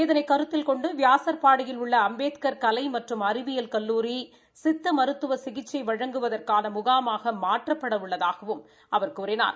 இதனை கருத்தில் கொண்டு வியாசா்படியில் உள்ள அம்பேத்கா் கலை மற்றும் அறிவியல் கல்லூரி சித்த மருத்துவ சிகிச்சை வழங்குவதற்கான முகாமாக மாற்றப்பட உள்ளதாகவும் அவர் கூறினார்